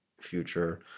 future